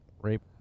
Rape